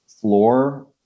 floor